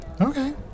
Okay